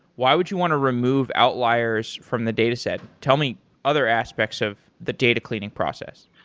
why would you want to remove outliers from the dataset? tell me other aspects of the data cleaning process.